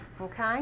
okay